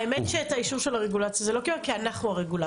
האמת שאת האישור של הרגולציה זה לא קיבל כי אנחנו הרגולטור,